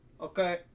Okay